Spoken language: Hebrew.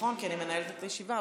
אני מנהלת את הישיבה,